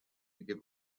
give